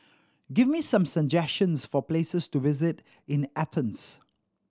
give me some suggestions for places to visit in Athens